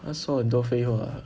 他说很多废话